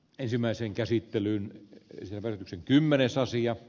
ensimmäiseen käsittelyyn ensi ilta kymmenesosia